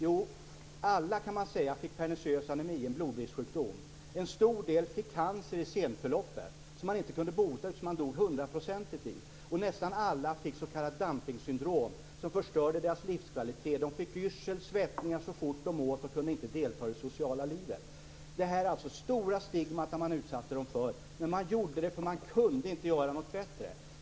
Jo, man kan säga att alla fick perniciös anemi, en blodbristsjukdom. En stor del fick cancer i senförloppet som man inte kunde bota. Det var hundraprocentig dödlighet i detta. Och nästan alla fick s.k. dumpingsyndrom, som förstörde deras livskvalitet. De fick yrsel och svettningar så fort de åt, och de kunde inte delta i det sociala livet. Detta är alltså stora stigman som man utsatte dessa människor för, men man gjorde det därför att man inte kunde göra något bättre?